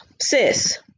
sis